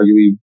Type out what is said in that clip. arguably